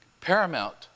paramount